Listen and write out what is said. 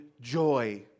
joy